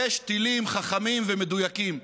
יש טילים חכמים ומדויקים.